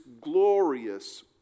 glorious